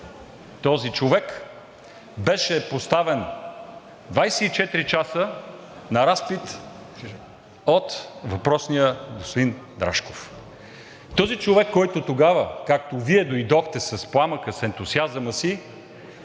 този човек беше поставен 24 часа на разпит от въпросния господин Рашков. Този човек, който тогава, както Вие дойдохте с пламъка, с ентусиазма си,